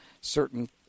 certain